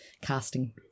casting